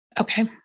Okay